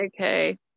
okay